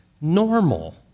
normal